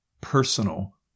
personal